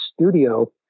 studio